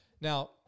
Now